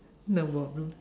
no problem